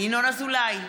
ינון אזולאי,